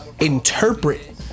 interpret